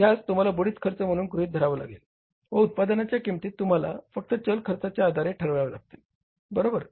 ह्यास तुम्हाला बुडीत खर्च म्हणून गृहीत धरावा लागेल व उत्पादनाच्या किंमती तुम्हाला फक्त चल खर्चाच्या आधारे ठरवाव्या लागतील बरोबर